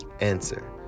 Answer